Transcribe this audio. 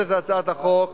ניתן יהיה להשתמש בהן